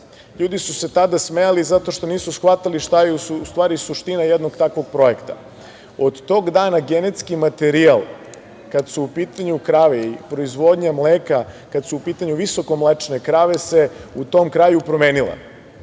Ljudi su se tada smejali zato što nisu shvatali šta je u stvari suština jednog takvog projekta. Od tog dana genetski materijal kada su u pitanju krave i proizvodnja mleka, kada su u pitanju visokomlečne krave se u tom kraju promenila. Sada